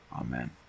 Amen